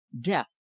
death